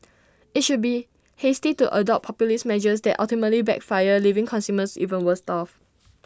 IT should be hasty to adopt populist measures that ultimately backfire leaving consumers even worse off